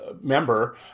member